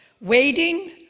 Waiting